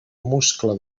muscle